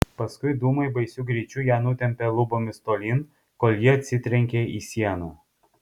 paskui dūmai baisiu greičiu ją nutempė lubomis tolyn kol ji atsitrenkė į sieną